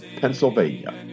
Pennsylvania